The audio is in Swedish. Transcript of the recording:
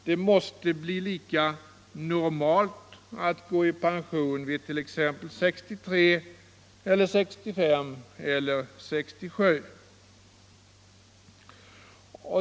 Det måste bli lika normalt att gå i pension vid t.ex. 63 som vid 65 eller 67 års ålder.